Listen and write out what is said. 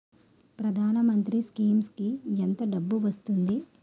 ప్రధాన మంత్రి స్కీమ్స్ కీ ఎంత డబ్బు వస్తుంది?